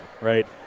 right